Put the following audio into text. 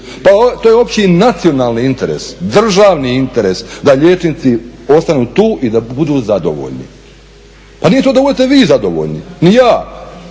Pa to je opći nacionalni interes, državni interes da liječnici ostanu tu i da budu zadovoljni. Pa nije to da budete vi zadovoljni ni ja,